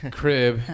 crib